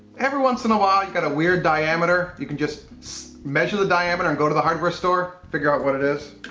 every once in a while, you got a weird diameter, you can just measure the diameter and go to the hardware store. figure out what it is.